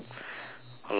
a lot of one K